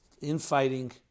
infighting